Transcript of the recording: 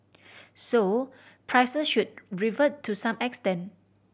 so prices should revert to some extent